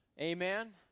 Amen